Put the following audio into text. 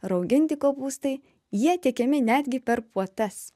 rauginti kopūstai jie tiekiami netgi per puotas